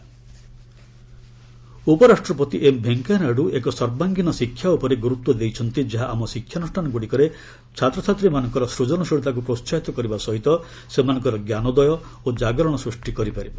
VP Hyderabad ଉପରାଷ୍ଟପତି M Venkaiah Naidu ଏକ ସର୍ବାଙ୍ଗୀନ ଶିକ୍ଷା ଉପରେ ଗୁରୁତ୍ୱ ଦେଇଛନ୍ତି ଯାହା ଆମ ଶିକ୍ଷାନୁଷ୍ଠାନଗୁଡ଼ିକରେ ଛାତ୍ରଛାତ୍ରୀମାନଙ୍କର ସୂଜନଶୀଳତାକୁ ପ୍ରୋହାହିତ କରିବା ସହିତ ସେମାନଙ୍କ ଜ୍ଞାନୋଦୟ ଓ ଜାଗରଣ ସୃଷ୍ଟି କରିପାରିବ